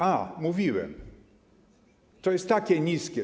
A, mówiłem˝ - to jest takie niskie.